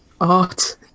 art